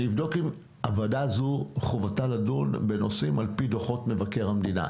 אני אבדוק אם הוועדה הזו חובתה לדון בנושאים על פי דוחות מבקר המדינה,